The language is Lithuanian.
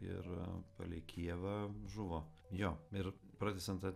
ir palei kijevą žuvo jo ir pratęsiant tą